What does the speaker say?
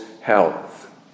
health